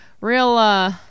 Real